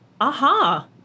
aha